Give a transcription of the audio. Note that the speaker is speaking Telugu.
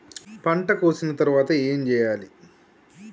పంట కోసిన తర్వాత ఏం చెయ్యాలి?